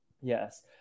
Yes